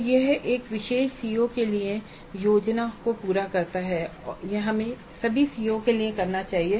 तो यह एक विशेष सीओ के लिए योजना प्रक्रिया को पूरा करता है और यह हमें सभी सीओ के लिए करना चाहिए